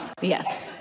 Yes